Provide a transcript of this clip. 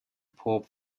pope